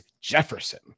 Jefferson